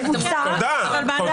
להודיע שאתה לא בקבוצה --- תודה רבה.